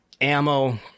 ammo